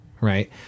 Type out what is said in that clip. right